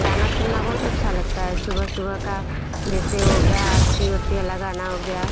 गाना सुनना बहुत अच्छा लगता है सुबह सुबह का जैसे हो गया आरती उरती वाला गाना हो गया